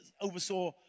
oversaw